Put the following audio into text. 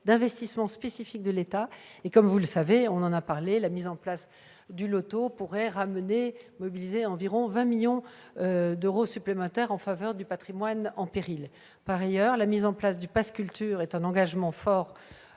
d'investissement spécifiques de l'État. En outre, comme vous le savez, la mise en place du loto pourrait rapporter environ 20 millions d'euros supplémentaires en faveur du patrimoine en péril. Par ailleurs, la mise en place du pass culture est un engagement fort